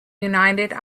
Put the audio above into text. united